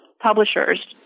publishers